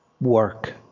work